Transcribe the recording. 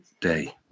day